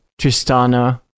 Tristana